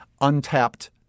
untapped